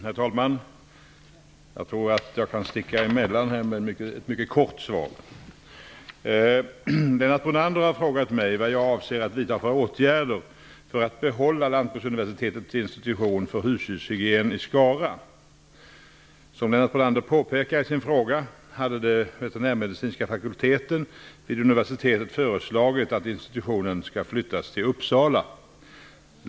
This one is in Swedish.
Herr talman! Jag tror att jag kan sticka emellan med ett mycket kort svar. Lennart Brunander har frågat mig vad jag avser att vidta för åtgärder för att behålla Lantbruks universitetets institution för husdjurshygien i Som Lennart Brunander påpekar i sin fråga hade den veterinärmedicinska fakulteten vid uni versitetet föreslagit att institutionen skall flyttas till Uppsala.